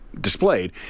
displayed